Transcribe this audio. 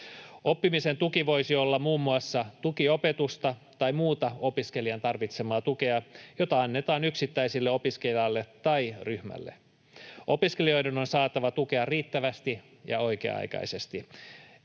Oppimisen tuki voisi olla muun muassa tukiopetusta tai muuta opiskelijan tarvitsemaa tukea, jota annetaan yksittäiselle opiskelijalle tai ryhmälle. Opiskelijoiden on saatava tukea riittävästi ja oikea-aikaisesti,